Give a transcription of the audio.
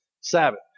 sabbath